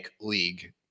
league